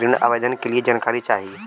ऋण आवेदन के लिए जानकारी चाही?